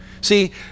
See